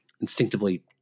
instinctively